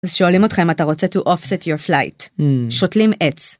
אז שואלים אתכם, אתה רוצה to offset your flight? אממ. שותלים עץ.